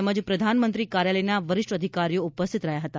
તેમજ પ્રધાનમંત્રી કાર્યાલયના વરિષ્ઠ અધિકારીઓ ઉપસ્થિત રહ્યા હતા